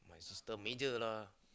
it's the middle lah